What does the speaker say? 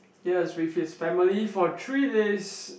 yes with his family for three days